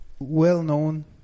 well-known